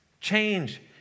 Change